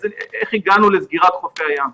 איך הגענו לסגירת חופי הים.